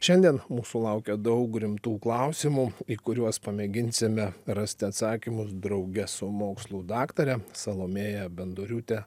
šiandien mūsų laukia daug rimtų klausimų į kuriuos pamėginsime rasti atsakymus drauge su mokslų daktare salomėja bendoriūte